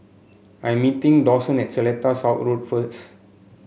I meeting Dawson at Seletar South Road first